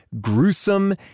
gruesome